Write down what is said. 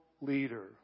leader